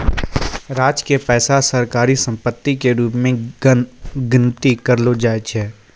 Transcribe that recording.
राज्य के पैसा सरकारी सम्पत्ति के रूप मे गनती करलो जाय छै